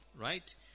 right